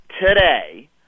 today